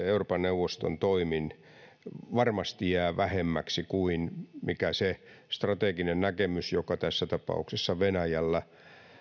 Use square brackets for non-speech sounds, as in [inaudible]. [unintelligible] euroopan neuvoston toimin varmasti jää vähemmäksi kuin se strateginen näkemys joka tässä tapauksessa venäjällä